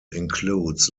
includes